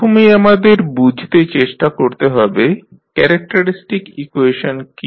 প্রথমেই আমাদের বুঝতে চেষ্টা করতে হবে ক্যারেক্টারিস্টিক ইকুয়েশন কী